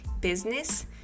business